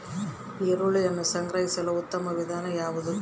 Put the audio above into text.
ಈರುಳ್ಳಿಯನ್ನು ಸಂಗ್ರಹಿಸಲು ಉತ್ತಮ ವಿಧಾನ ಯಾವುದು?